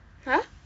!huh!